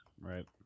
Right